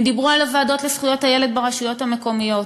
הם דיברו על הוועדות לזכויות הילד ברשויות המקומיות,